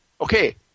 Okay